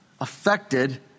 affected